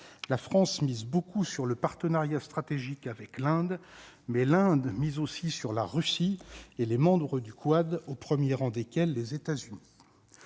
la France mise beaucoup sur le partenariat stratégique avec l'Inde mais l'Inde mise aussi sur la Russie et les membres du quad au 1er rang desquels les États-Unis,